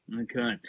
Okay